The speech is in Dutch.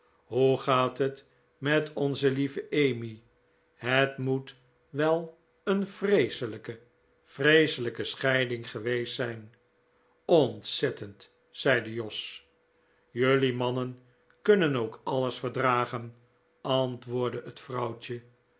hoe gaat het met onze lieve emmy het moet wel een vreeselijke vreeselijke scheiding geweest zijn ontzettend zeide jos jelui mannen kunnen ook alles verdragen antwoordde het vrouwtje